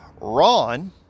Ron